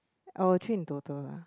our three in total